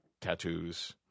tattoos